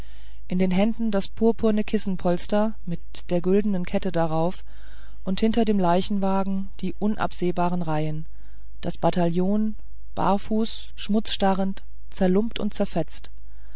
in den händen das purpurne kissenpolster mit der güldenen kette darauf und hinter dem leichenwagen in unabsehbarer reihe das bataillon barfuß schmutzstarrend zerlumpt und zerfetzt